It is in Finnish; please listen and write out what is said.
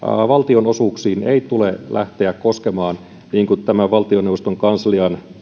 valtionosuuksiin ei tule lähteä koskemaan niin kuin tämä valtioneuvoston kanslian